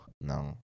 No